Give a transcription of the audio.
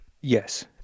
Yes